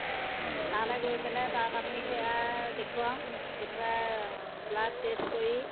তালে গৈ পেলাই তাত আমি সেয়া দেখুৱাওঁ দেখুৱাই ব্লাড টেষ্ট কৰি